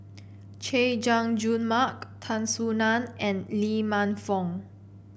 Chay Jung Jun Mark Tan Soo Nan and Lee Man Fong